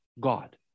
God